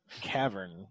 cavern